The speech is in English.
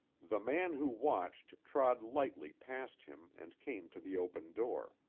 the man who watched trod lightly past him and came to the open door.